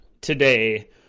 today